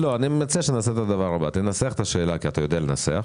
אני מציע שתנסח את השאלה, ואתה יודע לנסח,